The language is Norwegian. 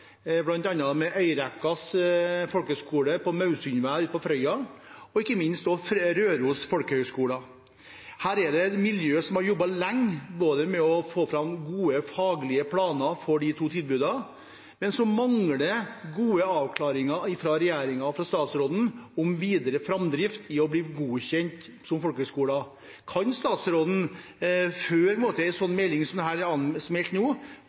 på Mausundvær på Frøya og ikke minst Røros folkehøgskole. Her er det et miljø som har jobbet lenge med å få fram gode, faglige planer for de to tilbudene, men så mangler det gode avklaringer fra regjeringen og statsråden om videre framdrift for å bli godkjent som folkehøgskoler. Kan statsråden før en sånn melding som er meldt nå,